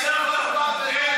ממש מאכזב אותי.